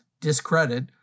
discredit